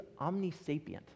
omnisapient